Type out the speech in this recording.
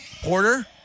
Porter